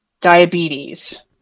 diabetes